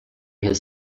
his